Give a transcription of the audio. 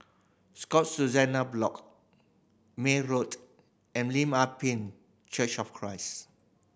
Scotts Block May Road and Lim Ah Pin Church of Christ